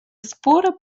спора